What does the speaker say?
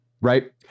Right